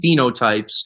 phenotypes